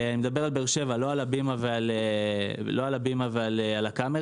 אני מדבר על באר שבע, לא על הבימה ועל הקאמרי.